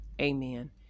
Amen